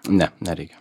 ne nereikia